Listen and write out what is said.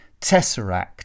Tesseract